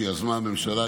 שיזמה הממשלה,